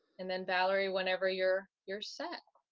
and then valerie, whenever you're, you're set.